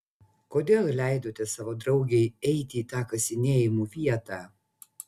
kodėl leidote savo draugei eiti į tą kasinėjimų vietą